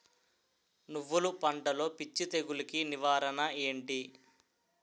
నువ్వులు పంటలో పిచ్చి తెగులకి నివారణ ఏంటి?